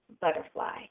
butterfly